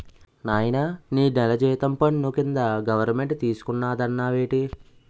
నాయనా నీ నెల జీతం పన్ను కింద గవరమెంటు తీసుకున్నాదన్నావేటి